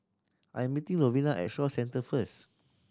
I'm meeting Lovina at Shaw Centre first